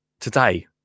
today